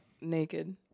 naked